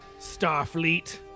Starfleet